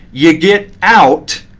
you get out,